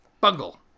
Bungle